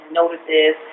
notices